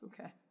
okay